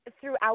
Throughout